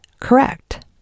correct